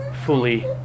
fully